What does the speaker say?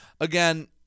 again